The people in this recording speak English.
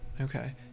Okay